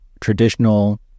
traditional